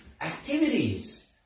activities